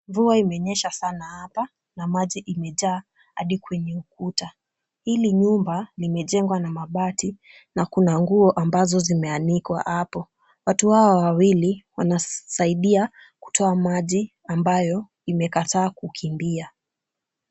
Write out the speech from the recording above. Mvua imenyesha sana hapa na maji imejaa hadi kwenye ukuta. Hili nyumba limejengwa na mabati na kuna nguo ambazo zimeanikwa hapo. Watu hawa wawili wanasaidia kutoa maji ambayo imekataa kukimbia.